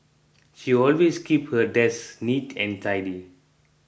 she always keeps her desk neat and tidy